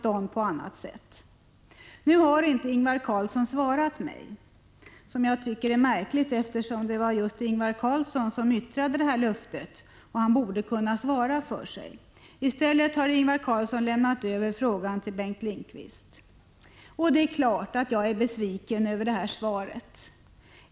Ingvar Carlsson har inte gett mig något svar. Jag tycker att det är märkligt, eftersom det var just Ingvar Carlsson som gav detta löfte. Han borde kunna svara för sig. Men i stället har Ingvar Carlsson lämnat över frågan till Bengt Lindqvist. Det är klart att jag är besviken över svaret.